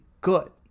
good